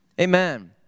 Amen